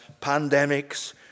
pandemics